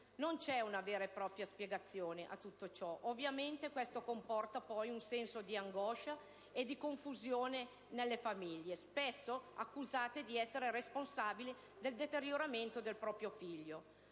Non c'è una vera e propria spiegazione esauriente a tutto ciò, e ovviamente questo comporta un senso di angoscia e di confusione nelle famiglie, spesso accusate di essere responsabili del deterioramento del proprio figlio.